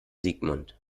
sigmund